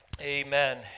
Amen